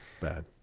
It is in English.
bad